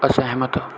ਅਸਹਿਮਤ